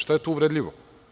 Šta je to uvredljivo?